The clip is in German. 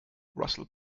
russell